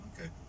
Okay